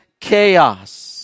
chaos